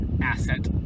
asset